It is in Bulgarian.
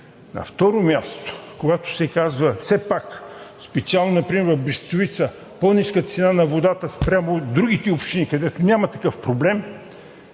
На второ място, когато се казва все пак, специално например в Брестовица, по-ниска цена на водата спрямо другите общини, където няма такъв проблем,